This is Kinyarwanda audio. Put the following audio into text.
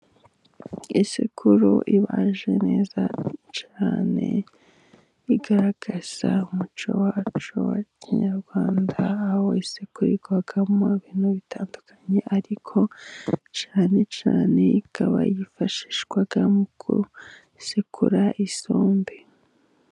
Isekuru ibaje neza cyane igaragaza umuco wacu wa kinyarwanda, aho isekurirwamo ibintu bitandukanye ariko cyane cyane, ikaba yifashishwa mu gusekura isombe.